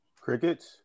Crickets